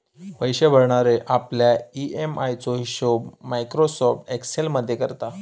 पैशे भरणारे आपल्या ई.एम.आय चो हिशोब मायक्रोसॉफ्ट एक्सेल मध्ये करता